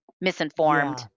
misinformed